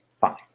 fine